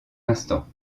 instants